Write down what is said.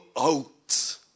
out